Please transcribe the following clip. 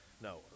no